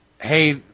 hey